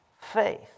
faith